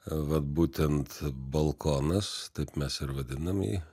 vat būtent balkonas taip mes ir vadinam jį